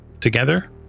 together